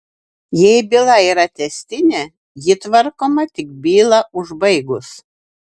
jei byla yra tęstinė ji tvarkoma tik bylą užbaigus